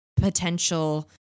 potential